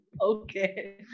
Okay